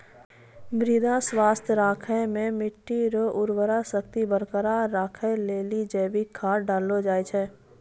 मृदा स्वास्थ्य राखै मे मट्टी रो उर्वरा शक्ति बरकरार राखै लेली जैविक खाद डाललो जाय छै